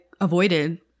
avoided